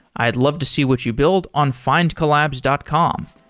i'd love to see what you build on findcollabs dot com.